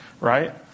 right